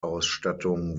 ausstattung